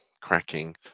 cracking